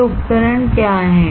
ये उपकरण क्या हैं